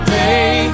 day